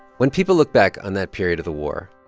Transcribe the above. when people look back on that period of the war,